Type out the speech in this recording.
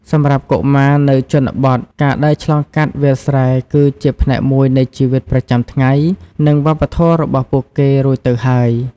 សម្រាប់កុមារនៅជនបទ ការដើរឆ្លងកាត់វាលស្រែគឺជាផ្នែកមួយនៃជីវិតប្រចាំថ្ងៃ និងវប្បធម៌របស់ពួកគេរួចទៅហើយ។